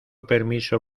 permiso